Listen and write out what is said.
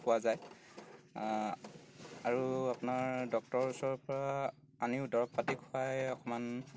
পোৱা যায় আৰু আপোনাৰ ডক্তৰৰ ওচৰৰ পৰা আনিও দৰৱ পাতি খুৱাই অকণমান